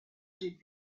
did